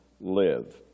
live